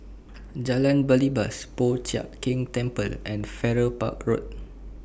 Jalan Belibas Po Chiak Keng Temple and Farrer Park Road